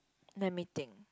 let me think